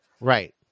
right